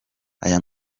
aya